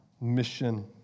mission